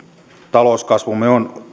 talouskasvumme on